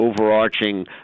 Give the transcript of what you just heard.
overarching